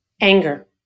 Anger